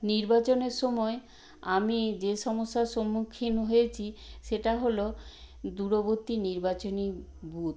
নির্বাচনের সময় আমি যে সমস্যার সম্মুখীন হয়েচি সেটা হলো দূরবর্তী নির্বাচনী বুথ